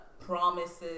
promises